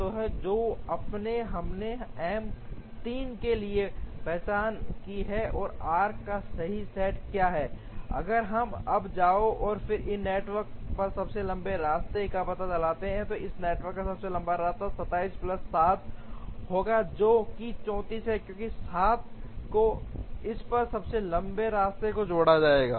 तो अब हमने एम 3 के लिए पहचान की है कि आर्क्स का सही सेट क्या है अगर हम अब जाओ और इस नेटवर्क पर सबसे लंबे रास्ते का पता लगाओ इस नेटवर्क का सबसे लंबा रास्ता 27 प्लस 7 होगा जो कि 34 है क्योंकि 7 को इस पर सबसे लंबे रास्ते में जोड़ा जाएगा